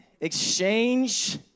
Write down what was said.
Exchange